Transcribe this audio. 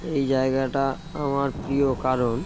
এই জায়গাটা আমার প্রিয় কারণ